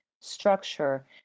structure